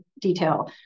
detail